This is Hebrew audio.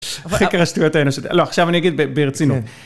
חקר השטויות האנושית. לא, עכשיו אני אגיד ברצינות.